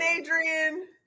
Adrian